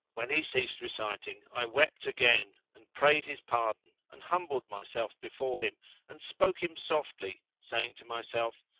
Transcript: when he ceased reciting i wept again and prayed his pardon and humbled myself before him and spoke him softly, saying to myself,